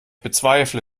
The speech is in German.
bezweifle